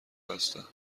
هستم